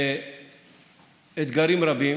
לאתגרים רבים,